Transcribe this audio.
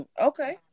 okay